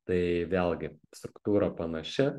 tai vėlgi struktūra panaši